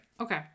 okay